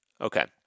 Okay